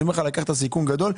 אני אומר לך לקחת סיכון גדול,